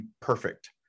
perfect